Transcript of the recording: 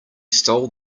stole